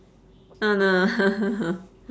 oh no